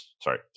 sorry